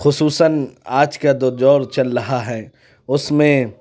خصوصاً آج کا دو دور چل رہا ہے اس میں